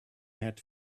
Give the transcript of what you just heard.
had